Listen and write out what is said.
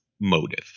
motive